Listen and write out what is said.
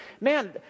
man